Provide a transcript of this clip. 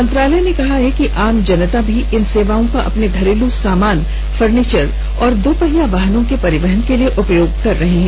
मंत्रालय ने कहा है कि आम जनता भी इन सेवाओं का अपने घरेलू सामान फर्नीचर और दोपहिया वाहनों के परिवहन के लिए उपयोग कर रहे हैं